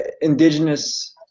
Indigenous